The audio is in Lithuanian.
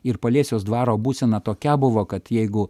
ir paliesiaus dvaro būsena tokia buvo kad jeigu